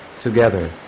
together